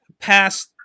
past